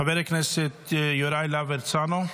חבר הכנסת יוראי להב הרצנו,